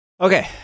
Okay